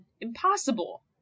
Impossible